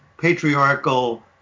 patriarchal